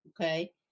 Okay